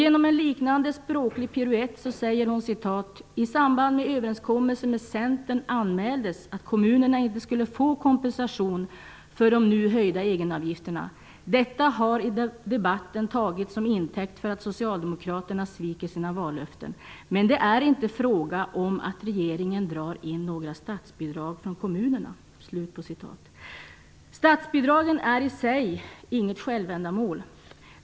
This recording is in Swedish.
Genom en liknande språklig piruett skriver hon: "I samband med överenskommelsen med centern anmäldes att kommunerna inte skulle få kompensation för de nu höjda egenavgifterna. Detta har i debatten tagits som intäkt för att socialdemokraterna sviker sina vallöften. Men det är inte fråga om att regeringen drar in några statsbidrag från kommunerna." Statsbidragen är i sig inget självändamål.